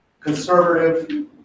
conservative